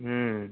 হুম